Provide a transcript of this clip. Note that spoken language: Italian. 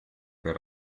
per